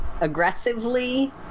aggressively